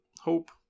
Hope